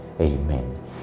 amen